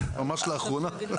ממש לאחרונה.